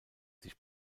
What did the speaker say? sich